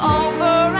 over